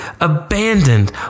abandoned